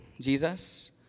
Jesus